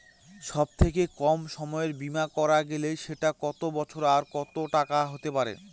সব থেকে কম সময়ের বীমা করা গেলে সেটা কত বছর আর কত টাকার হতে পারে?